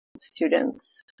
Students